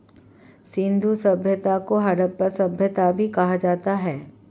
सिंधु सभ्यता को हड़प्पा सभ्यता भी कहा जाता है